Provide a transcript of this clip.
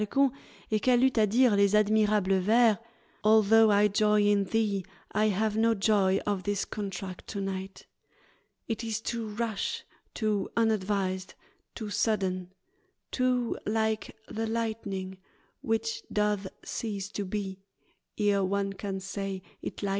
et qu'elle eut à dire les admirables vers